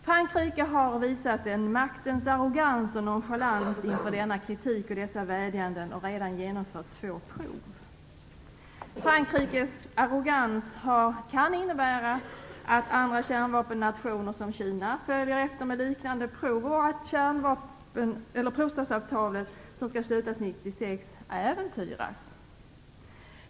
Frankrike har visat en maktens arrogans och nonchalans inför denna kritik och dessa vädjanden och redan genomfört två prov. Frankrikes arrogans kan innebära att andra kärnvapennationer, t.ex. Kina, följer efter med liknande prov och att provstoppsavtalet som skall slutas 1996 äventyras.